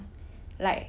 like